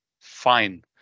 fine